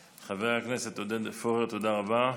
חבר הכנסת עודד פורר, תודה רבה.